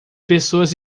pessoas